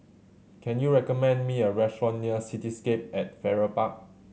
can you recommend me a restaurant near Cityscape at Farrer Park